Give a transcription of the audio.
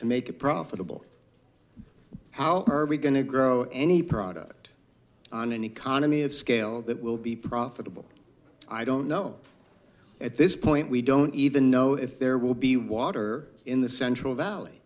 to make it profitable how are we going to grow any product on an economy of scale that will be profitable i don't know at this point we don't even know if there will be water in the central valley